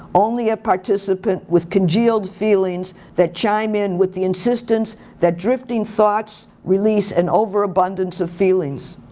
only a participant with congealed feelings that chime in with the insistence that drifting thoughts release an overabundance of feelings.